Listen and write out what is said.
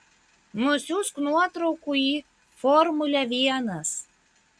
nusiųsk nuotraukų į formulę vienas